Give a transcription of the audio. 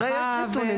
כנראה יש נתון.